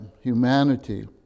humanity